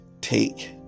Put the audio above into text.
take